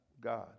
God